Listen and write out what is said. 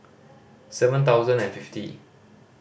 seven thousand and fifty